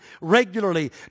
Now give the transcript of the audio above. regularly